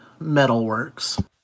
Metalworks